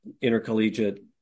intercollegiate